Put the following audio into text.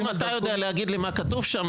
בצד ימין בטור הימני,